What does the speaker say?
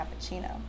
cappuccino